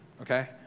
okay